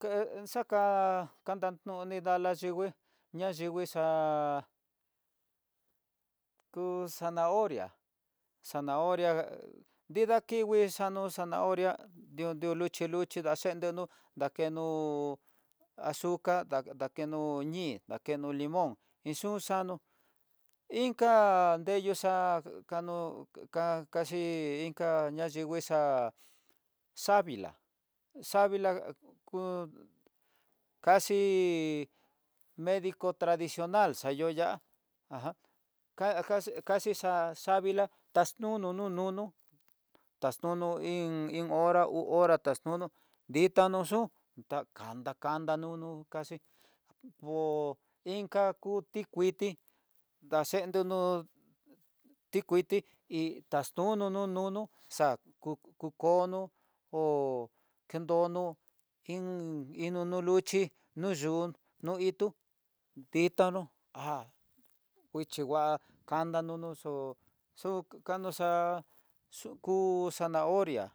Ká ni xakua kadantoni niya layingui, ñaivii xa'á ku zanahoria, nrida kingui xanó zanahoria, diundu luxhi luxhi daxendenó, daku azucár dakeño ñí dakeno limón ni xu xanó, inka nreyu xa'á xano kaxii inka ñayingui xa'á savila savila kú kaxi medico tradicional xayoó ya'á ajan kada ka ka kaxi xa savila taxnunu nu nunu, taxtuno iin hora uu hora taxtuno ditano xud taka takanta nunu kaxi, ko inka ku tikuiti daxhendeno tikuiti hí taxtono no nono, xa ku kono ko kendono iin iin nu nu no luxhi no yun no itu, itano há nguichi nguá xando xu kano xa'á, ku zanahoria